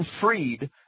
freed